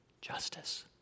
justice